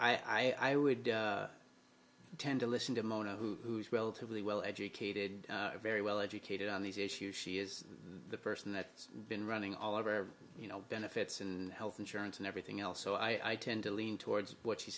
players i would tend to listen to mona who relatively well educated very well educated on these issues she is the person that's been running all over you know benefits and health insurance and everything else so i tend to lean towards what she